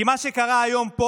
כי מה שקרה היום פה